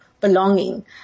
belonging